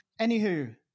Anywho